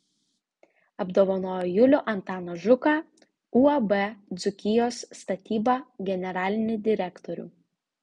apdovanojo julių antaną žuką uab dzūkijos statyba generalinį direktorių